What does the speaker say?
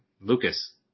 Lucas